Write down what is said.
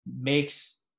makes